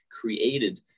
created